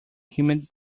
humid